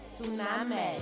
Tsunami